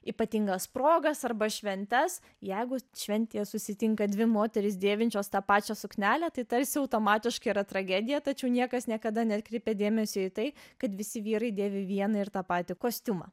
ypatingas progas arba šventes jeigu šventėje susitinka dvi moterys dėvinčios tą pačią suknelę tai tarsi automatiškai yra tragedija tačiau niekas niekada neatkreipė dėmesio į tai kad visi vyrai dėvi vieną ir tą patį kostiumą